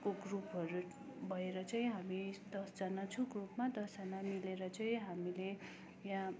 को ग्रुपहरू भएर चाहिँ हामी दसजना छौँ ग्रुपमा दसजना मिलेर चाहिँ हामीले यहाँ